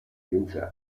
windsor